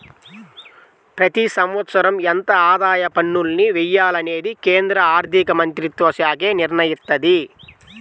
ప్రతి సంవత్సరం ఎంత ఆదాయ పన్నుల్ని వెయ్యాలనేది కేంద్ర ఆర్ధికమంత్రిత్వశాఖే నిర్ణయిత్తది